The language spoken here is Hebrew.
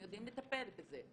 הם יודעים לטפל בזה.